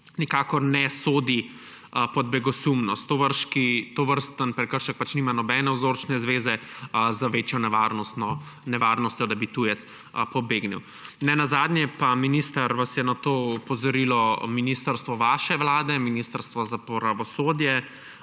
ne sodi pod begosumnost. Tovrsten prekršek pač nima nobene vzročne zveze za večjo nevarnostjo, da bi tujec pobegnil. Nenazadnje pa, minister, vas je na to opozorilo ministrstvo vaše vlade, Ministrstvo za pravosodje,